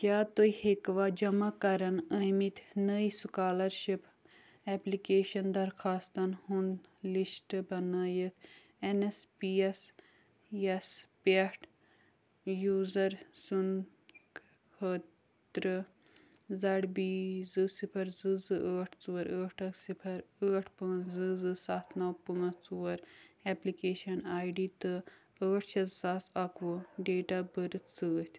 کیٛاہ تُہۍ ہٮ۪کوا جَمع کَرَن آمِتۍ نٔے سٕکالَرشِپ اٮ۪پلِکیشَن دَرخواستَن ہُنٛد لِسٹ بَنٲیِتھ N S P yes yes پٮ۪ٹھ یوٗزَر سُنٛد خٲطرٕ زَڈ بی زٕ صِفَر زٕ زٕ ٲٹھ ژور ٲٹھ اَکھ صِفَر ٲٹھ پانٛژھ زٕ زٕ سَتھ نَو پانٛژھ ژور اٮ۪پلِکیشَن آی ڈی تہٕ ٲٹھ شےٚ زٕ ساس اَکہٕ وُہ ڈیٹ آف بٔرٕتھ سۭتۍ